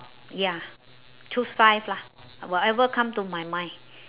ya choose five lah whatever come to my mind